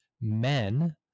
men